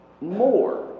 more